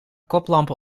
koplampen